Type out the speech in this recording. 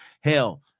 Hell